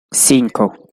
cinco